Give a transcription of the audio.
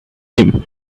him